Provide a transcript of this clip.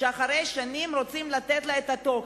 שאחרי שנים רוצים לתת לה את התוקף.